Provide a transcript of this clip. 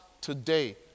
today